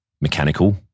mechanical